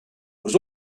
was